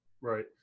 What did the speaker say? Right